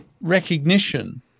recognition